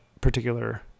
particular